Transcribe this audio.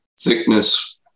thickness